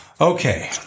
Okay